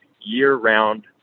year-round